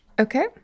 Okay